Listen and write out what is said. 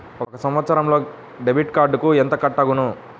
ఒక సంవత్సరంలో డెబిట్ కార్డుకు ఎంత కట్ అగును?